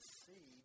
see